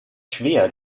schwer